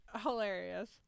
hilarious